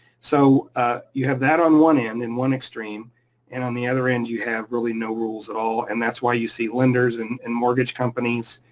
so ah you have that on one end and one extreme and on the other end you have really no rules at all, and that's why you see lenders and and mortgage companies